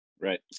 Right